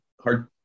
hard